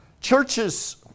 churches